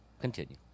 Continue